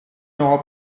n’aura